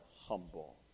humble